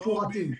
מפורטים,